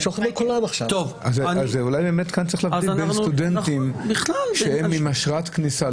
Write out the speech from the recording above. אז אולי צריך להבדיל בין סטודנטים עם אשרת כניסה,